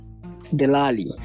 Delali